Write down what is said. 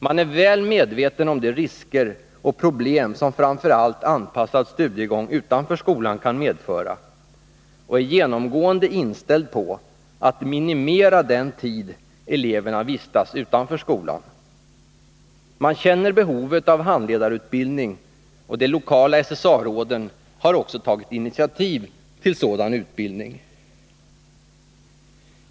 Man är väl medveten om de risker och problem som framför allt anpassad studiegång utanför skolan kan medföra, och man är genomgående inställd på att minimera den tid eleverna vistas utanför skolan. Man känner behovet av handledarutbildning, och de lokala SSA-råden har också tagit initiativ till sådan utbildning.